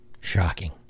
shocking